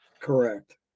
Correct